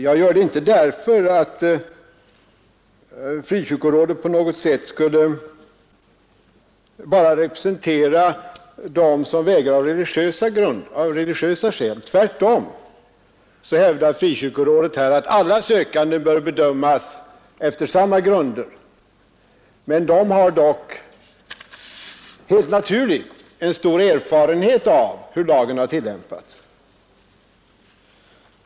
Jag gör det inte därför att Frikyrkorådet på något sätt skulle bara representera dem som vägrar av religiösa skäl. Tvärtom hävdar Frikyrkorådet att alla sökande bör bedömas efter samma grunder, men Frikyrkorådet har helt naturligt en stor erfarenhet av hur lagen har tillämpats.